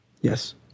Yes